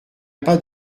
pas